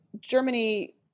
germany